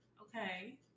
Okay